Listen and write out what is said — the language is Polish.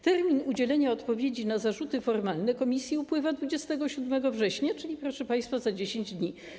Termin udzielenia odpowiedzi na zarzuty formalne Komisji upływa 27 września - czyli, proszę państwa, za 10 dni.